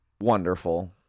Wonderful